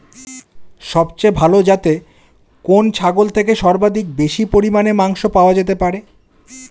সবচেয়ে ভালো যাতে কোন ছাগল থেকে সর্বাধিক বেশি পরিমাণে মাংস পাওয়া যেতে পারে?